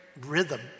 rhythm